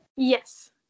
yes